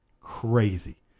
crazy